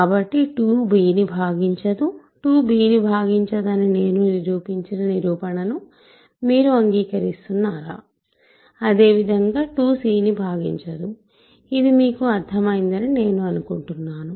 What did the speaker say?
కాబట్టి 2 b ని భాగించదు 2 b ని భాగించదని నేను నిరూపించిన నిరూపణను మీరు అంగీకరిస్తున్నారా అదేవిధంగా 2 c ని భాగించదు ఇది మీకు అర్థం అయిందని నేను అనుకుంటున్నాను